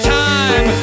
time